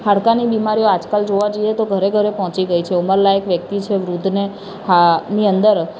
હાડકાની બીમારી આજકાલ જોવા જઈએ તો ઘરે ઘરે પહોંચી ગઈ છે ઉંમરલાયક વ્યક્તિ છે વૃદ્ધને હા ની અંદર